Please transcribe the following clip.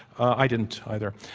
i didn't, either,